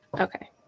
Okay